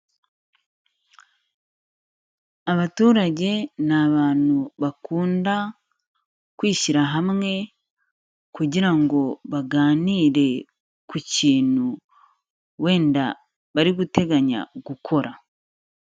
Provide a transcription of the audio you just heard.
Abaturage ni abantu bakunda kwishyira hamwe kugira ngo baganire ku kintu wenda bari guteganya gukora.